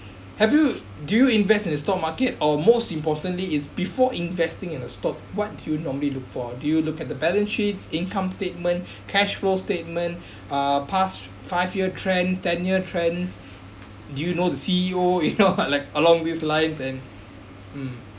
have you do you invest in the stock market or most importantly it's before investing in a stock what do you normally look for do you look at the balance sheets income statement cash flow statement uh past five year trends ten year trends do you know the C_E_O you know ah like along these lines and mm